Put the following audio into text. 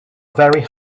very